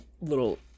little